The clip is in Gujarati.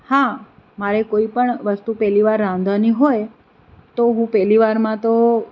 હા મારે કોઈપણ વસ્તુ પહેલી વાર રાંધવાની હોય તો હું પહેલી વારમાં તો